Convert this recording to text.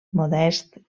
modest